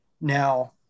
Now